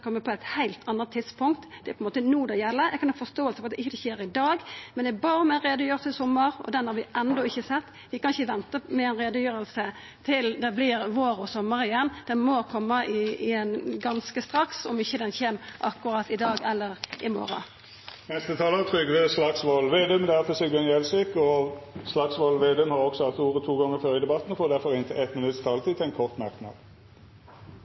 på eit heilt anna tidspunkt. Det er på ein måte no det gjeld. Eg har forståing for at det ikkje skjer i dag, men eg bad om ei utgreiing i sommar, og den har vi enno ikkje sett. Vi kan ikkje venta med ei utgreiing til det vert vår og sommar igjen. Den må koma ganske straks, om ikkje akkurat i dag eller i morgon. Representanten Trygve Slagsvold Vedum har hatt ordet to gonger tidlegare og får ordet til ein kort merknad, avgrensa til 1 minutt. Det er en krise vi står i.